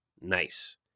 Nice